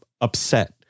upset